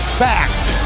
fact